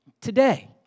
today